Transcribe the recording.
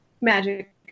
Magic